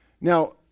Now